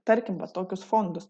tarkim va tokius fondus